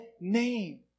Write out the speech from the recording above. name